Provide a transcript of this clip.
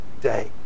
day